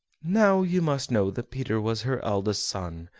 now, you must know that peter was her eldest son,